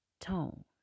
tone